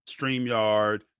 StreamYard